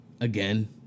again